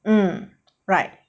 um right